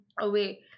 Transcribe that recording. away